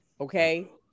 okay